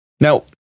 Now